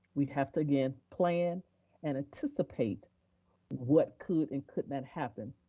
we have to, again, plan and anticipate what could and could not happen.